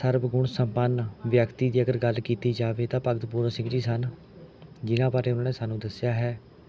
ਸਰਬ ਗੁਣ ਸੰਪੰਨ ਵਿਅਕਤੀ ਦੀ ਅਗਰ ਗੱਲ ਕੀਤੀ ਜਾਵੇ ਤਾਂ ਭਗਤ ਪੂਰਨ ਸਿੰਘ ਜੀ ਸਨ ਜਿਨ੍ਹਾਂ ਬਾਰੇ ਉਨ੍ਹਾਂ ਨੇ ਸਾਨੂੰ ਦੱਸਿਆ ਹੈ